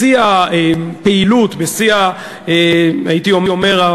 בשיא הפעילות, בשיא, הייתי אומר,